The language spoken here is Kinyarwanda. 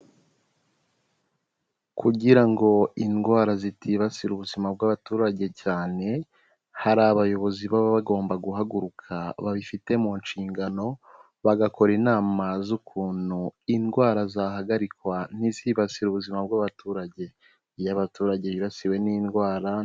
Kugira ngo indwara zitibasira ubuzima bw'abaturage cyane, hari abayobozi baba bagomba guhaguruka babifite mu nshingano, bagakora inama z'ukuntu indwara zahagarikwa, ntizibasirare ubuzima bw'abaturage. Iyo abaturage bibasiwe n'indwara.